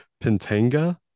Pintanga